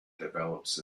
develops